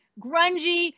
grungy